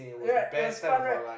right it was fun right